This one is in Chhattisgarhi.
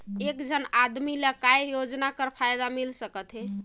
एक झन आदमी ला काय योजना कर फायदा मिल सकथे?